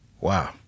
Wow